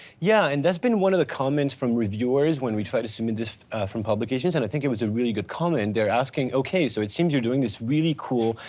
yeah, and that's been one of the comments from reviewers when we try to submit this from publications. and i think it was a really good comment they're asking, okay, so it seems you're doing this really cool,